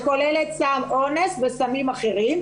בדיקה שכוללת סם אונס וסמים אחרים.